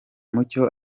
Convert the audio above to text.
mucyo